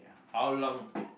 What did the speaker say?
how long K